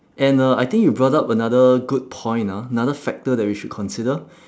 and uh I think you brought up another good point ah another factor that we should consider